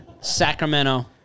Sacramento